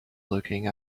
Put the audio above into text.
looking